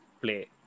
play